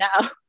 now